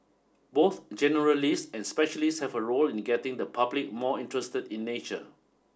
both generalists and specialists have a role in getting the public more interested in nature